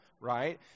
right